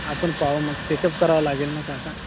आपण पाहू मग चेकअप करावं लागेल ना काका